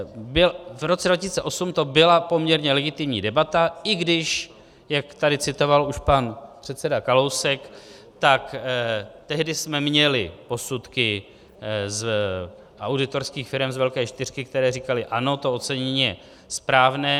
V roce 2008 to byla poměrně legitimní debata, i když, jak tady citoval už pan předseda Kalousek, tehdy jsme měli posudky z auditorských firem z velké čtyřky, které říkaly: Ano, to ocenění je správné.